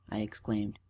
i exclaimed,